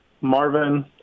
Marvin